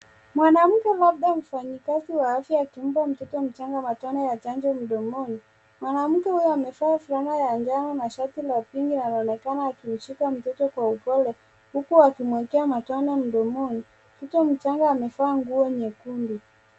Mwanamke labda mfanyikazi wa afya akimpa mtoto mchanga matone ya chanjo mdomoni, mwanamke huyu amevaa fulana ya njano na shati la pinki anaonekana akimshika mtoto kwa upole huku akimwekea matone mdomoni. Mtoto mchanga amevaa nguo nyekundu.